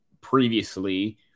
previously